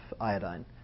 iodine